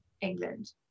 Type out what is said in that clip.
England